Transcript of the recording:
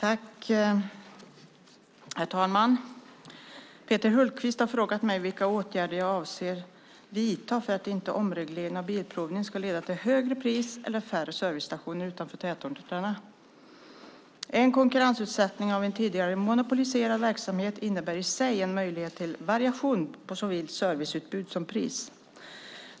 Herr talman! Peter Hultqvist har frågat mig vilka åtgärder jag avser att vidta för att inte omregleringen av bilprovningen ska leda till högre pris eller färre servicestationer utanför tätorterna. En konkurrensutsättning av en tidigare monopoliserad verksamhet innebär i sig en möjlighet till variation på såväl serviceutbud som pris.